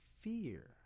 fear